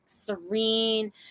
serene